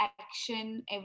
action